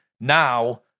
now